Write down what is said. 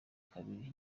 kubiri